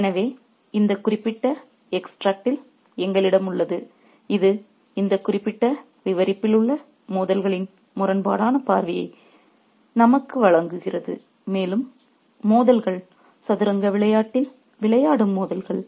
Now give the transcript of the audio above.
எனவே இந்தக் குறிப்பிட்ட எக்ஸ்ட்ராக்ட் சாறு எங்களிடம் உள்ளது இது இந்த குறிப்பிட்ட விவரிப்பில் உள்ள மோதல்களின் முரண்பாடான பார்வையை நமக்கு வழங்குகிறது மேலும் மோதல்கள் சதுரங்க விளையாட்டில் விளையாடும் மோதல்கள்